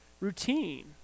routine